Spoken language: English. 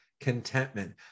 contentment